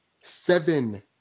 Seven